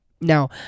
now